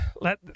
Let